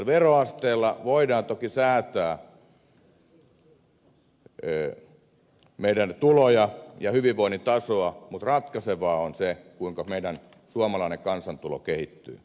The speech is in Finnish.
veroasteella voidaan toki säätää meidän tulojamme ja hyvinvoinnin tasoa mutta ratkaisevaa on se kuinka meidän suomalaisten kansantulo kehittyy